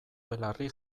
belarri